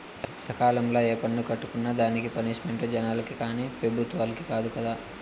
సకాలంల ఏ పన్ను కట్టుకున్నా దానికి పనిష్మెంటు జనాలకి కానీ పెబుత్వలకి కాదు కదా